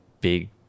big